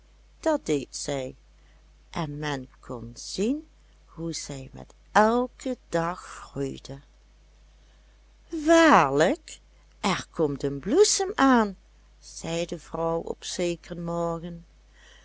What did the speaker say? dat deed zij en men kon zien hoe zij met elken dag groeide waarlijk er komt een bloesem aan zei de vrouw op zekeren morgen